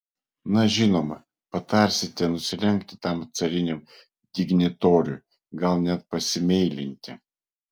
na žinoma patarsite nusilenkti tam cariniam dignitoriui gal net pasimeilinti